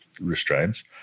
restraints